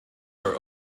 are